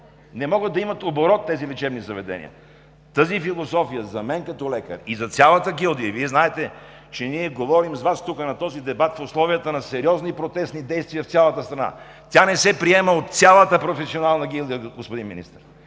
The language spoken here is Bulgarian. не могат да имат оборот тези лечебни заведения. Тази философия, за мен като лекар и за цялата гилдия, Вие знаете, че ние с Вас говорим на този дебат в условията на сериозни протестни действия в цялата страна. Тя не се приема от цялата професионална гилдия, господин Министър.